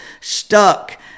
stuck